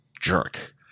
jerk